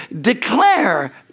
Declare